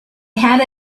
had